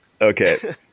Okay